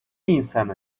insanı